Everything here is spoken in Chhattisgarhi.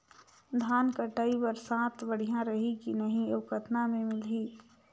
धान कटाई बर साथ बढ़िया रही की नहीं अउ कतना मे मिलही?